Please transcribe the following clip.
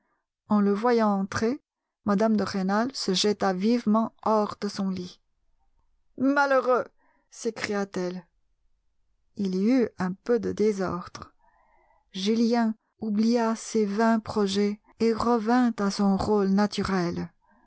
en le voyant entrer mme de rênal se jeta vivement hors de son lit malheureux s'écria-t-elle il y eut un peu de désordre julien oublia ses vains projets et revint à son rôle naturel